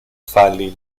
fali